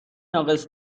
ناقص